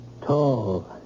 Tall